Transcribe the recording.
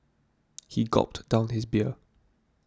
he gulped down his beer